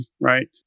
right